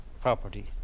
property